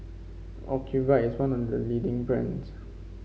Ocuvite is one the the leading brands